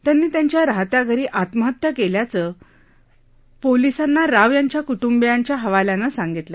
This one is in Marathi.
त्यांनी त्यांच्या रहात्या घरी आत्महत्या केल्याचं पोलिसांना राव यांच्या कुटुंबियांच्या हवाल्यानं सांगितलं